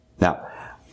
Now